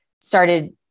started